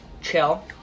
Chill